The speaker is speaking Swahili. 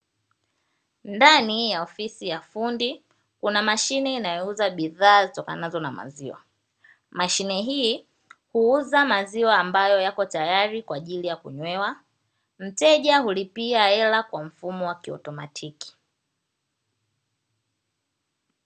Ndani ya ofisi ya fundi kuna mashine inayo uza bidhaa zitokanazo na maziwa, mashine hii huuza maziwa ambayo yapo tayari kwa ajili ya kunywewa mteja hulipia hela kwa mfumo wa kiotomatiki.